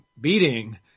beating